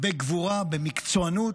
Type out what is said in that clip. בגבורה ובמקצוענות,